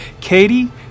katie